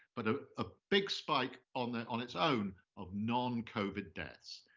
but ah a big spike on on its own of non-covid deaths.